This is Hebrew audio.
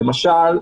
למשל,